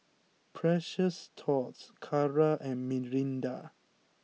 Precious Thots Kara and Mirinda